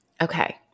Okay